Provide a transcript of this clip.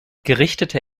gerichtete